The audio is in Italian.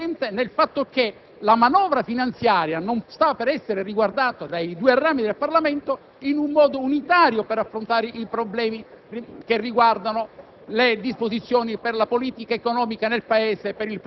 la contrarietà alla legge di contabilità risulta evidente in quanto la manovra finanziaria non è considerata dai due rami del Parlamento in modo unitario per affrontare quei problemi riguardanti